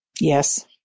Yes